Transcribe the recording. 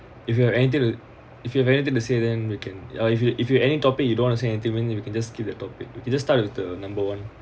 if you have anything to if you have anything to say then we can uh if you if you any topic you don't want to say anything then we can just skip the topic you just start with the number one